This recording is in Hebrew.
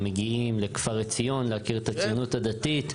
והם מגיעים לכפר עציון להכיר את הציונות הדתית,